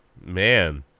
Man